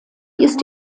ist